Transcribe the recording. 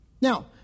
Now